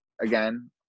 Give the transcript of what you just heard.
again